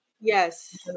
Yes